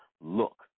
look